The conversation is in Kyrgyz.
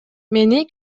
мени